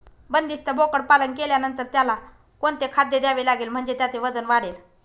बंदिस्त बोकडपालन केल्यानंतर त्याला कोणते खाद्य द्यावे लागेल म्हणजे त्याचे वजन वाढेल?